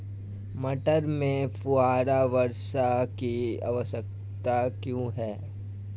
मटर में फुहारा वर्षा की आवश्यकता क्यो है?